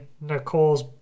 Nicole's